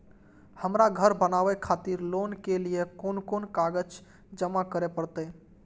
हमरा घर बनावे खातिर लोन के लिए कोन कौन कागज जमा करे परते?